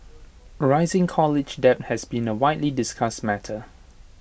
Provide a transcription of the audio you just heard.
rising college debt has been A widely discussed matter